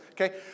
Okay